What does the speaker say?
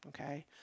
Okay